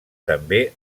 també